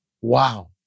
Wow